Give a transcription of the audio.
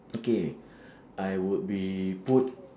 okay I would be put